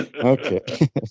Okay